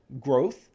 growth